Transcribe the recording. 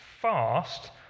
fast